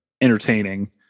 entertaining